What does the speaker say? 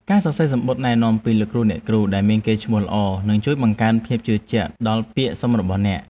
ការសរសេរសំបុត្រណែនាំពីលោកគ្រូអ្នកគ្រូដែលមានកេរ្តិ៍ឈ្មោះល្អនឹងជួយបង្កើនភាពជឿជាក់ដល់ពាក្យសុំរបស់អ្នក។